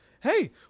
hey